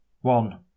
One